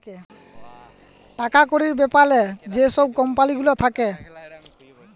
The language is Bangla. টাকা কড়ির ব্যাপারে যে ছব কম্পালি গুলা থ্যাকে